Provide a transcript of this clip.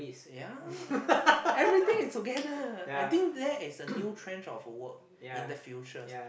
yea everything is together I think that is a new trench of work in the future